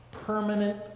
permanent